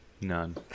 None